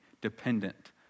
dependent